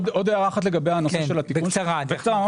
שרן השכל